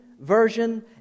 version